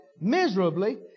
miserably